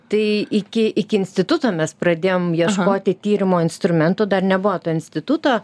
tai iki iki instituto mes pradėjom ieškoti tyrimo instrumentų dar nebuvo to instituto